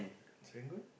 Serangoon